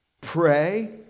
pray